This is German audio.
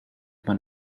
man